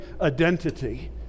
identity